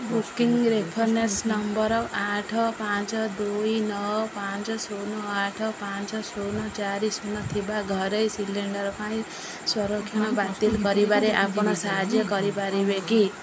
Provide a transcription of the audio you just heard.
booking reference number ଆଠ ପାଞ୍ଚ ଦୁଇ ନଅ ପାଞ୍ଚ ଶୂନ ଆଠ ପାଞ୍ଚ ଶୂନ ଚାରି ଶୂନ ଥିବା ଘରୋଇ ସିଲିଣ୍ଡର୍ ପାଇଁ ସଂରକ୍ଷଣ ବାତିଲ କରିବାରେ ଆପଣ ସାହାଯ୍ୟ କରିପାରିବେ କି